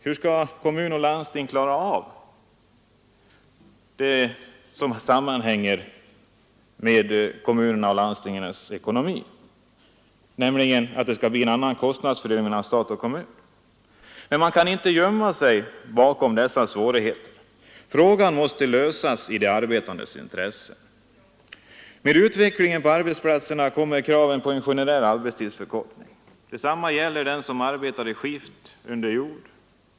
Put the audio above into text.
Hur kommun och landsting skall klara detta sammanhänger givetvis med att det måste bli en annan kostnadsfördelning mellan stat och kommun. Men man kan inte gömma sig bakom dessa svårigheter. Frågan måste i de arbetandes intresse lösas. Med utvecklingen på arbetsplatserna kommer kraven på en generell arbetstidsförkortning. Detsamma gäller dem som arbetar i skift under jord.